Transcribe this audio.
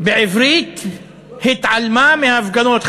בעברית התעלמה מההפגנות.